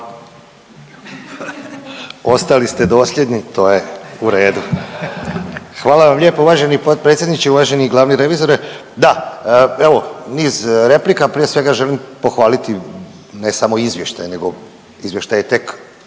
(HDZ)** Ostali ste dosljedni to je u redu. Hvala vam lijepa uvaženi potpredsjedniče. Uvaženi glavni revizore. Da, evo niz replika prije svega želim pohvaliti ne samo izvještaj nego izvještaj je tek